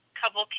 couple